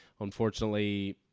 unfortunately